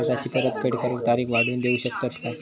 कर्जाची परत फेड करूक तारीख वाढवून देऊ शकतत काय?